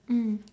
mm